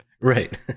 right